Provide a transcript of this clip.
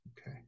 Okay